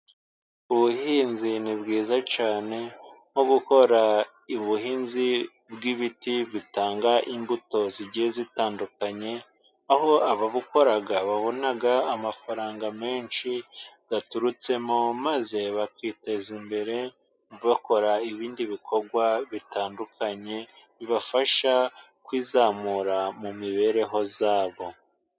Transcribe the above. Ubuhinzi ni bwiza cyane, nko gukora ubuhinzi bw'ibiti bitanga imbuto zigiye zitandukanye, aho ababukora babona amafaranga menshi aturutsemo, maze bakiteza imbere bakora ibindi bikorwa bitandukanye, bibafasha kwizamura mu mibereho yabo.